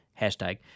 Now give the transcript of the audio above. hashtag